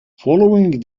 following